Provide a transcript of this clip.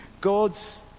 God's